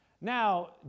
Now